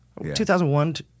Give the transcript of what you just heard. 2001